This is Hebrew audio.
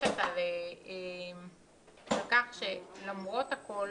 מברכת על כך שלמרות הכול